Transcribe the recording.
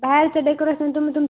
बाहेरचं डेकोरेशन तुम्ही तुम